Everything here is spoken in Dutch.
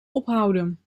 ophouden